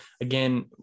again